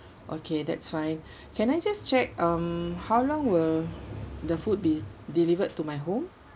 okay that's fine can I just check um how long will the food be delivered to my home